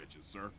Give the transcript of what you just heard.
sir